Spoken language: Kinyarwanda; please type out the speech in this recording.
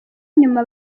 nyuma